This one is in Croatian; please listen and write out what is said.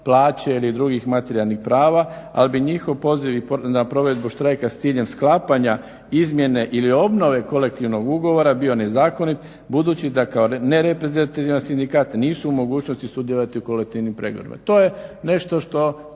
plaće ili drugih materijalnih prava, ali bi njihov poziv na provedbu štrajka s ciljem sklapanja izmjene ili obnove kolektivnog ugovora bio nezakonit budući da kao nereprezentativan sindikat nisu u mogućnosti sudjelovati u kolektivnim pregovorima.